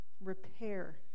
repair